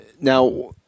now